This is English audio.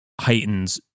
heightens